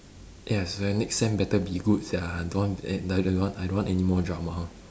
yes the next sem better be good sia I don't want eh d~ d~ want I don't want anymore drama